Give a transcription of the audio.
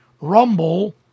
Rumble